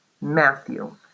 Matthew